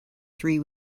three